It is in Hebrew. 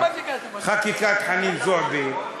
חקיקת חנין זועבי,